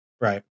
Right